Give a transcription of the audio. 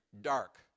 dark